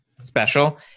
special